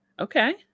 Okay